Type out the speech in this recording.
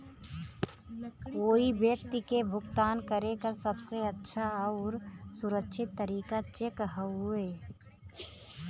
कोई व्यक्ति के भुगतान करे क सबसे अच्छा आउर सुरक्षित तरीका चेक हउवे